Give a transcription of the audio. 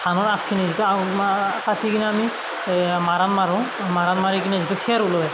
ধানৰ আগখিনি কাটি কিনে আমি মাৰাণ মাৰো মাৰাণ মাৰি কিনে যিটো খেৰ ওলাই